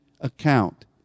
account